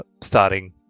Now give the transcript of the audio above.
starting